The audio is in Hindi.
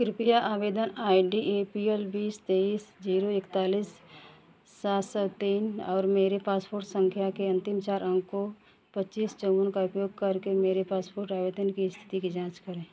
कृपया आवेदन I D A P L बीस तेईस जीरो इकतालीस सात सौ तीन और मेरे पासपोर्ट संख्या के अंतिम चार अंकों पच्चीस चौवन का उपयोग करके मेरे पासपोर्ट आवेदन की स्थिति की जाँच करें